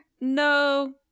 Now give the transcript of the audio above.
no